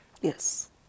Yes